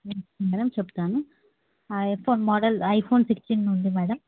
madam చెప్తాను iPhone model iPhone sixteen ఉంది madam